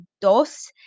Dos